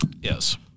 Yes